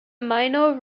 minor